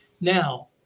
Now